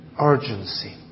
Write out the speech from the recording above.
urgency